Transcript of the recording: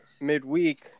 midweek